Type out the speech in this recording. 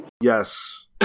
yes